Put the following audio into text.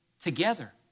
together